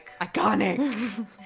Iconic